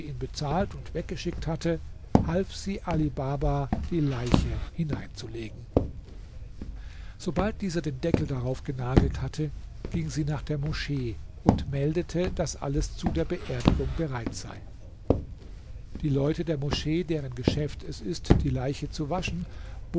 bezahlt und weggeschickt hatte half sie ali baba die leiche hineinzulegen sobald dieser den deckel darauf genagelt hatte ging sie nach der moschee und meldete daß alles zu der beerdigung bereit sei die leute der moschee deren geschäft es ist die leiche zu waschen